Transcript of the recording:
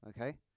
okay